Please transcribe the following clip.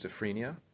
schizophrenia